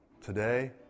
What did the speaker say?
Today